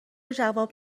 جواب